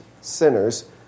sinners